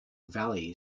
valley